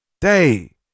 day